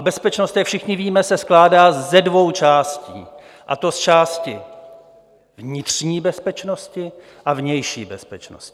Bezpečnost, jak všichni víme, se skládá ze dvou částí, a to z části vnitřní bezpečnosti a vnější bezpečnosti.